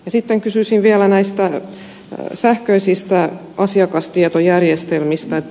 sitten kysyisin vielä sähköisistä asiakastietojärjestelmistä